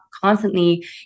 constantly